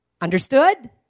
Understood